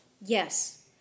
Yes